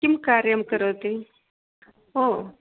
किं कार्यं करोति ओ